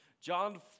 John